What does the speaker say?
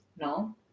No